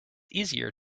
easier